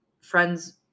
friends